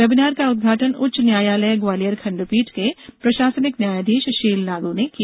webinar का उदघाटन उच्च न्यायालय ग्वालियर खंडपीठ के प्रशासनिक न्यायाधीश शील नागू ने किया